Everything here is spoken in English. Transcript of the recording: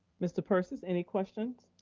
mr. persis, any questions?